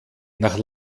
nach